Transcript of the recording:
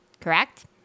Correct